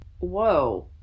Whoa